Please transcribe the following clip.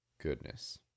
Goodness